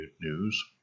news